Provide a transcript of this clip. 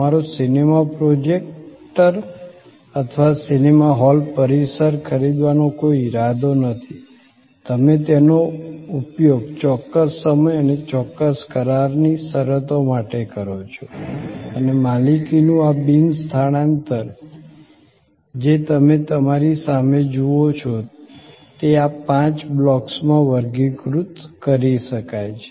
તમારો cinema projector અથવા cinema hall પરિસર ખરીદવાનો કોઈ ઈરાદો નથી તમે તેનો ઉપયોગ ચોક્કસ સમય અને ચોક્કસ કરારની શરતો માટે કરો છો અને માલિકીનું આ બિન સ્થાનાંતર જે તમે તમારી સામે જુઓ છો તે આ પાંચ બ્લોક્સમાં વર્ગીકૃત કરી શકાય છે